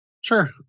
Sure